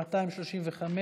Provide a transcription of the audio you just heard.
מס' 235,